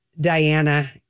Diana